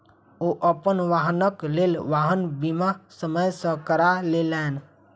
ओ अपन वाहनक लेल वाहन बीमा समय सॅ करा लेलैन